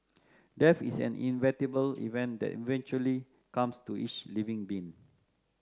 death is an inevitable event that eventually comes to each living being